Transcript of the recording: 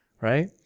right